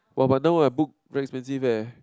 !wah! but now I book very expensive leh